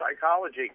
psychology